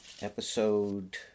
episode